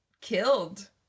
killed